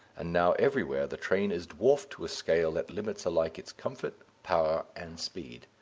and now everywhere the train is dwarfed to a scale that limits alike its comfort, power, and speed.